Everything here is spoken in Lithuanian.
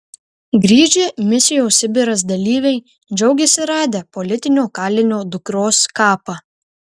grįžę misijos sibiras dalyviai džiaugiasi radę politinio kalinio dukros kapą